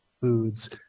foods